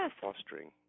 fostering